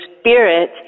Spirit